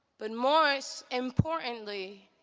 but more so importantly